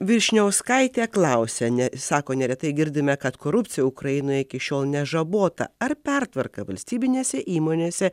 vyšniauskaitė klausia ne sako neretai girdime kad korupcija ukrainoje iki šiol nežabota ar pertvarka valstybinėse įmonėse